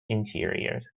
interiors